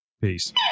Peace